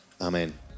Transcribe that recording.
Amen